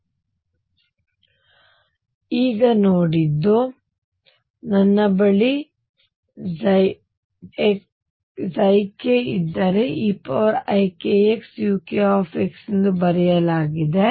ಆದ್ದರಿಂದ ನಾವು ಈಗ ನೋಡಿದ್ದು ನನ್ನ ಬಳಿ k ಇದ್ದರೆ eikxuk ಎಂದು ಬರೆಯಲಾಗಿದೆ